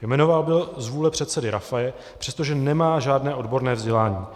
Jmenován byl z vůle předsedy Rafaje, přestože nemá žádné odborné vzdělání.